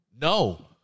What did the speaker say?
No